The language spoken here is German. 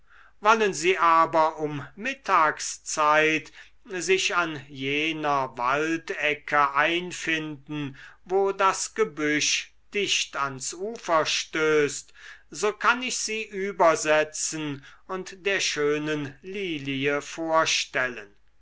wollen sie aber um mittagszeit sich an jener waldecke einfinden wo das gebüsch dicht ans ufer stößt so kann ich sie übersetzen und der schönen lilie vorstellen